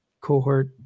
cohort